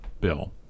bill